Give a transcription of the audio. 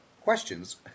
questions